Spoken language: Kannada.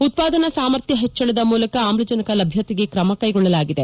ಉತ್ಪಾದನಾ ಸಾಮರ್ಥ್ನ ಹೆಚ್ಚಳದ ಮೂಲಕ ಆಮ್ಲಜನಕ ಲಭ್ಯತೆಗೆ ಕ್ರಮ ಕ್ವೆಗೊಳ್ಳಲಾಗಿದೆ